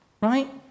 right